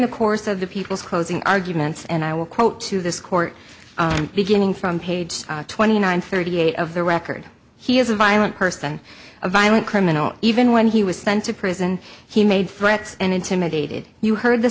the course of the people's closing arguments and i will quote to this court beginning from page twenty nine thirty eight of the record he is a violent person a violent criminal even when he was sent to prison he made threats and intimidated you heard the